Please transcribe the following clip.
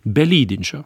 be lydinčio